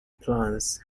plans